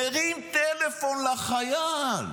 מרים טלפון לחייל,